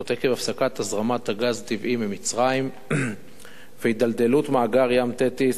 עקב הפסקת הזרמת גז טבעי ממצרים והתדלדלות מאגר "ים תטיס".